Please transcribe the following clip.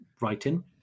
writing